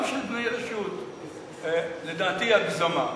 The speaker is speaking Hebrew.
גם של בני רשות, לדעתי, הגזמה.